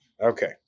Okay